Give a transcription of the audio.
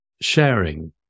sharing